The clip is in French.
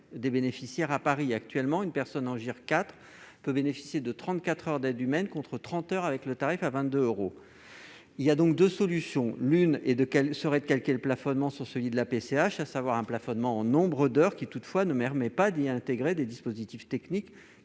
des bénéficiaires à Paris. Actuellement, une personne en GIR 4 peut bénéficier de trente-quatre heures d'aide humaine, contre trente heures avec le tarif à 22 euros. Il y a donc deux solutions. La première serait de calquer le plafonnement sur celui de la PCH, à savoir un plafonnement en nombre d'heures. Toutefois, cela ne permet pas d'y intégrer des dispositifs techniques,